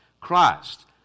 Christ